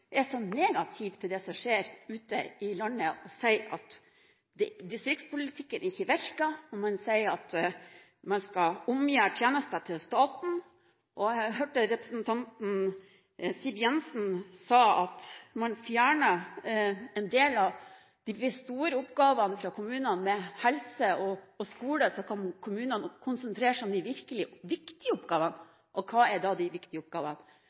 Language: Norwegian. er så negativ til det som skjer ute i landet, og sier at distriktspolitikken ikke virker, og at man skal omgjøre tjenester til staten. Jeg hørte representanten Siv Jensen si at man fjernet en del av de store oppgavene fra kommunene med tanke på helse og skole, så kunne kommunene konsentrere seg om de virkelig viktige oppgavene. Og hva er de viktige oppgavene?